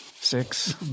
six